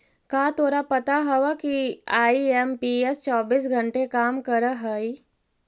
का तोरा पता हवअ कि आई.एम.पी.एस चौबीस घंटे काम करअ हई?